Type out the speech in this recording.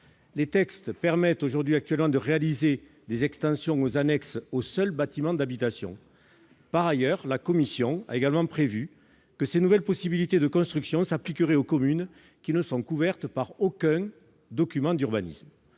Les textes permettent actuellement de réaliser des extensions ou annexes aux seuls bâtiments d'habitation. Par ailleurs, la commission a prévu que ces nouvelles possibilités de constructions s'appliqueraient également aux communes n'étant couvertes par aucun document d'urbanisme.